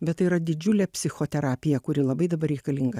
bet tai yra didžiulė psichoterapija kuri labai dabar reikalinga